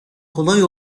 kolay